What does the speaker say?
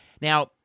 Now